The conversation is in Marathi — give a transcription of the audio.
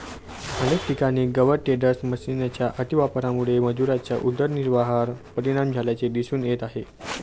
अनेक ठिकाणी गवत टेडर मशिनच्या अतिवापरामुळे मजुरांच्या उदरनिर्वाहावर परिणाम झाल्याचे दिसून येत आहे